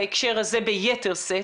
בהקשר הזה ביתר שאת,